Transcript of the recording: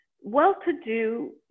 well-to-do